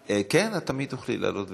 כן, את תמיד תוכלי לעלות ולהוסיף,